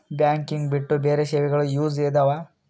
Banking ಬಿಟ್ಟು ಬೇರೆ ಸೇವೆಗಳು ಯೂಸ್ ಇದಾವ?